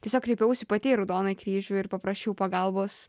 tiesiog kreipiausi pati į raudonąjį kryžių ir paprašiau pagalbos